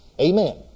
Amen